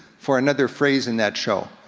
for another phrase in that show.